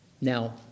Now